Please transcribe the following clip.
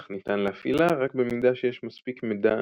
אך ניתן להפעילה רק במידה שיש מספיק מידע